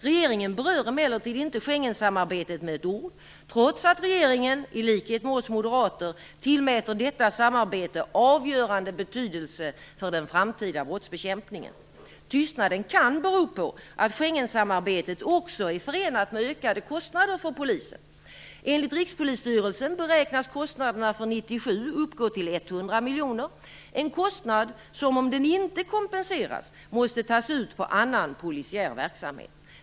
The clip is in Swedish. Regeringen berör emellertid inte Schengensamarbetet med ett ord, trots att regeringen i likhet med oss moderater tillmäter detta samarbete avgörande betydelse för den framtida brottsbekämpningen. Tystnaden kan bero på att Schengensamarbetet också är förenat med ökade kostnader för polisen. Enligt Rikspolisstyrelsen beräknas kostnaderna för 1997 uppgå till 100 miljoner, en kostnad som om den inte kompenseras måste tas ut på annan polisiär verksamhet.